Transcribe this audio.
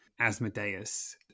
Asmodeus